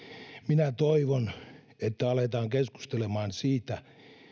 minä toivon että aletaan keskustelemaan siitä